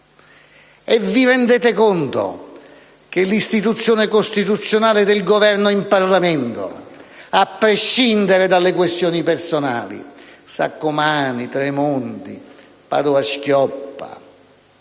E vi rendete conto che l'istituzione costituzionale del Governo in Parlamento, a prescindere dalle questioni personali (Saccomanni, Tremonti, Padoa-Schioppa),